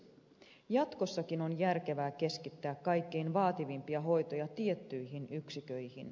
toiseksi jatkossakin on järkevää keskittää kaikkein vaativimpia hoitoja tiettyihin yksiköihin